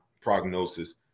prognosis